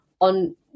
on